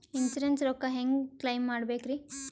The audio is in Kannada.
ಇನ್ಸೂರೆನ್ಸ್ ರೊಕ್ಕ ಹೆಂಗ ಕ್ಲೈಮ ಮಾಡ್ಬೇಕ್ರಿ?